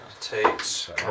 takes